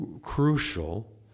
Crucial